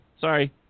sorry